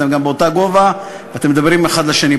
התשע"ד 2014,